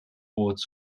boots